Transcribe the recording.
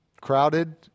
Crowded